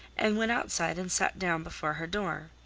and went outside and sat down before her door.